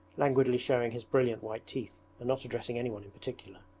languidly showing his brilliant white teeth and not addressing anyone in particular.